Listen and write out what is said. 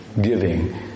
giving